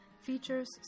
features